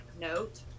note